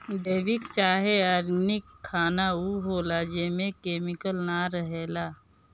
जैविक चाहे ऑर्गेनिक खाना उ होला जेमे केमिकल ना रहेला